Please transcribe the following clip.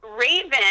Raven